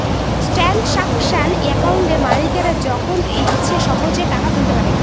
transaction একাউন্টে মালিকরা যখন ইচ্ছে সহেজে টাকা তুলতে পারে